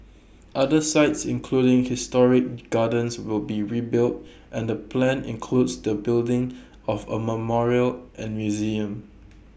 other sites including historic gardens will be rebuilt and the plan includes the building of A memorial and museum